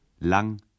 Lang